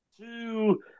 two